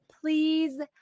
please